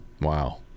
Wow